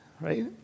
right